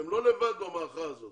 אתם לא לבד במערכה הזאת